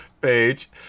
page